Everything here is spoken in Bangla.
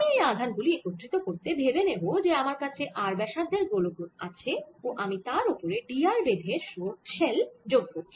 আমি এই আধান গুলি একত্রিত করতে ভেবে নেব যে আমার কাছে r ব্যাসার্ধের গোলক আছে ও আমি তার ওপরে d r বেধের শেল যোগ করছি